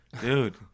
Dude